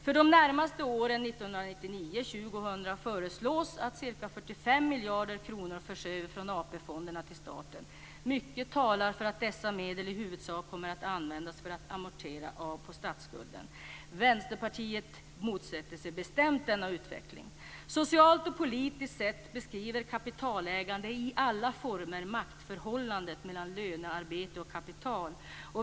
För de närmaste åren, 1999 och 2000, föreslås att ca 45 miljarder kronor förs över från AP-fonderna till staten. Mycket talar för att dessa medel i huvudsak kommer att användas för att amortera av på statsskulden. Vänsterpartiet motsätter sig bestämt denna utveckling. Socialt och politiskt sett beskriver kapitalägande i alla former maktförhållandet mellan lönearbete och kapital.